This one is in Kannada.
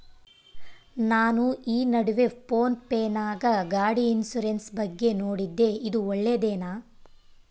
ನಾನು ಈ ನಡುವೆ ಫೋನ್ ಪೇ ನಾಗ ಗಾಡಿ ಇನ್ಸುರೆನ್ಸ್ ಬಗ್ಗೆ ನೋಡಿದ್ದೇ ಇದು ಒಳ್ಳೇದೇನಾ?